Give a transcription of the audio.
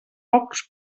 pocs